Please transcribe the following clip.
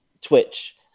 Twitch